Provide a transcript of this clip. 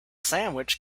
sandwich